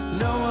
no